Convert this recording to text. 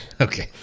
Okay